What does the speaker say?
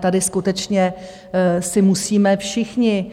Tady skutečně si musíme všichni